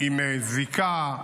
עם זיקה,